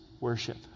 worship